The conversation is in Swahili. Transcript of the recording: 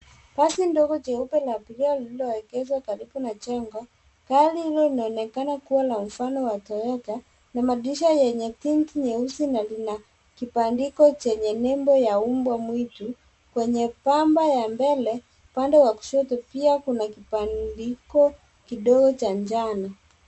Basi ndogo jeupe la abiria lilioegeshwa karibu na jengo. Gari hilo linaonekana kuwa la mfano wa Toyota na madirisha yenye pink nyeusi na lina kibandiko chenye nembo ya umbo ya mbwamwitu. Kwenye pamba ya mbele upande wa kushoto pia kuna kibandiko kidogo cha njano.